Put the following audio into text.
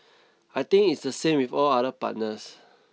I think it's the same with all other partners